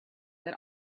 that